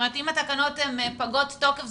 אם התקנות פגות תוקף,